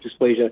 dysplasia